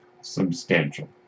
substantial